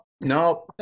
no